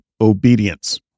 obedience